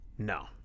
no